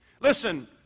Listen